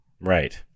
Right